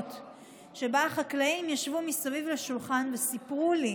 חקלאיות שבהן החקלאים ישבו מסביב לשולחן וסיפרו מה